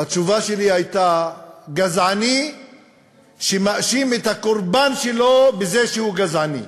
והתשובה שלי הייתה: גזעני שמאשים את הקורבן שלו בזה שהוא גזעני.